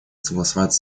согласовать